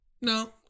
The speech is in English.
No